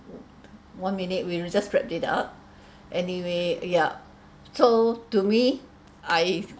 one minute we will just wrap it up anyway ya so to me I